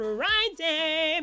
Friday